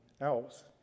else